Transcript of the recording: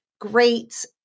great